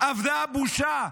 אבדה הבושה?